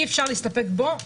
אי אפשר להסתפק בו לבד.